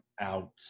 out